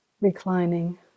reclining